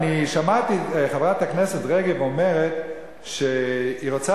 שמעתי את חברת הכנסת רגב אומרת שהיא רוצה